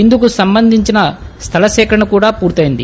ఇందుకు సంబంధించిన స్లల సేకరణ కూడా పూర్తయింది